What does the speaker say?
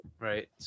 right